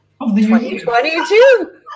2022